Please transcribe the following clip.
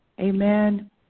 Amen